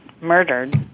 murdered